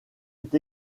est